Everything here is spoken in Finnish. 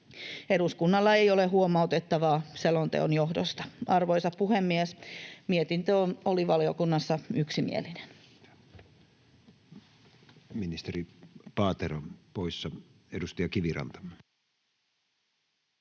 ”Eduskunnalla ei ole huomautettavaa selonteon johdosta.” Arvoisa puhemies! Mietintö oli valiokunnassa yksimielinen.